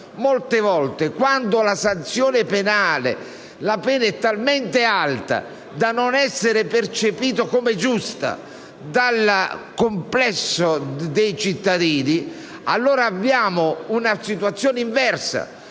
molte volte, quando la pena è talmente alta da non essere percepita come giusta dal complesso dei cittadini abbiamo una situazione inversa,